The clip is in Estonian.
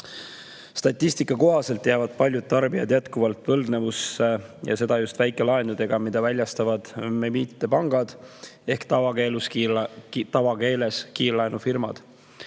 Statistika kohaselt jäävad paljud tarbijad jätkuvalt võlgnevusse, seda just väikelaenudega, mida väljastavad mittepangad ehk tavakeeles kiirlaenufirmad.